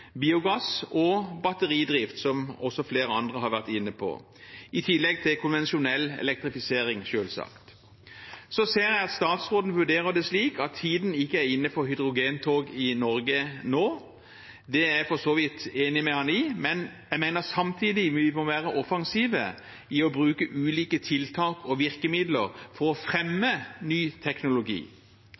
biogass og batteridrift, som også flere andre har vært inne på, i tillegg til konvensjonell elektrifisering, selvsagt. Så ser jeg at statsråden vurderer det slik at tiden ikke er inne for hydrogentog i Norge nå. Det er jeg for så vidt enig med ham i, men jeg mener samtidig at vi må være offensive i å bruke ulike tiltak og virkemidler for å fremme ny teknologi.